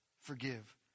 forgive